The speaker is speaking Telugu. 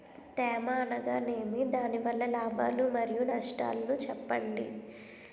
తేమ అనగానేమి? దాని వల్ల లాభాలు మరియు నష్టాలను చెప్పండి?